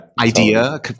idea